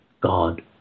God